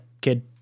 kid